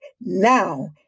now